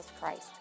Christ